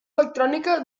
electrònica